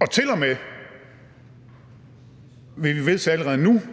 Og til og med vil vi allerede nu vedtage,